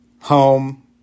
home